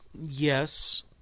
Yes